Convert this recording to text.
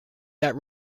that